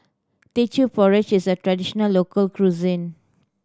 Teochew Porridge is a traditional local cuisine